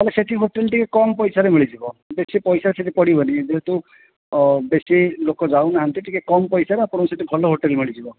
ତାହେଲେ ସେଠି ହୋଟେଲ ଟିକେ କମ ପଇସା ରେ ମିଳିଯିବ ବେଶୀ ପଇସା ସେଇଠି ପଡ଼ିବନି ଯେହେତୁ ବେଶୀ ଲୋକ ସେଇଠି ଯାଉନାହାନ୍ତି ଟିକେ କମ ପଇସା ରେ ଆପଣଙ୍କୁ ସେଠି ଭଲ ହୋଟେଲ ମିଳିଯିବ